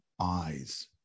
eyes